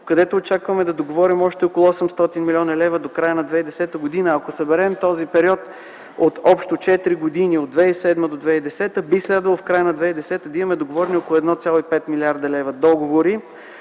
където очакваме да договорим още около 800 млн. лв. до края на 2010 г. Ако съберем този период от общо 4 години – от 2007 до 2010 г., би следвало в края на 2010 г. да имаме договорени около 1,5 млрд. лв. договори.